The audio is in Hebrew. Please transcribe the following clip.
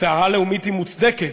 סערה לאומית היא מוצדקת,